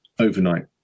overnight